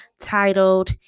titled